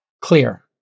clear